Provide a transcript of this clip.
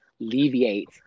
alleviate